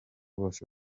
bose